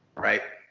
right?